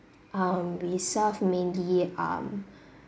um we serve mainly um